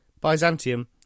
Byzantium